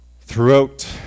throughout